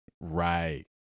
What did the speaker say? Right